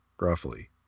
roughly